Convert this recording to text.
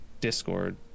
Discord